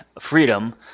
freedom